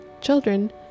children